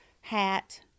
hat